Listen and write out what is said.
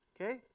Okay